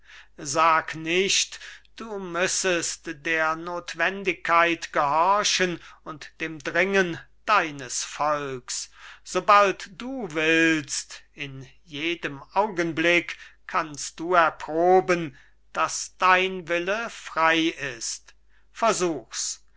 sag nicht du müssest der notwendigkeit gehorchen und dem dringen deines volks sobald du willst in jedem augenblick kannst du erproben daß dein wille frei ist versuch's